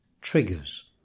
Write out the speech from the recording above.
Triggers